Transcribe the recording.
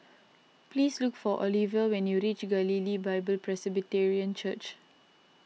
please look for Oliva when you reach Galilee Bible Presbyterian Church